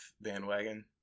bandwagon